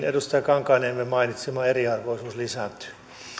edustaja kankaanniemen mainitsema eriarvoisuus lisääntyy